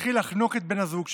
התחיל לחנוק את בן הזוג שלי.